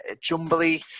jumbly